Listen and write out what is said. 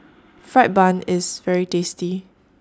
Fried Bun IS very tasty